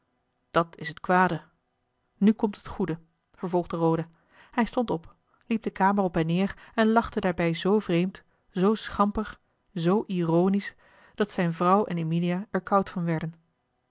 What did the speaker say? dat is het kwade nu komt het goede vervolgde roda hij stond op liep de kamer op en neer en lachte daarbij zoo vreemd zoo schamper zoo ironisch dat zijne vrouw en emilia er koud van werden